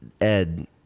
Ed